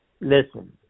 Listen